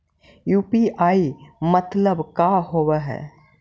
UPI मतलब का होब हइ?